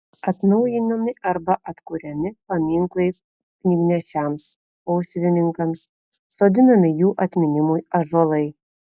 atnaujinami arba atkuriami paminklai knygnešiams aušrininkams sodinami jų atminimui ąžuolai